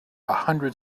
hundred